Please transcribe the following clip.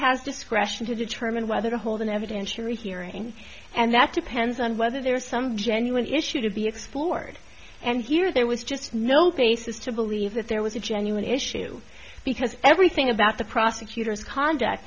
has discretion to determine whether to hold an evidentiary hearing and that depends on whether there is some genuine issue to be explored and here there was just no basis to believe that there was a genuine issue because everything about the prosecutor's conduct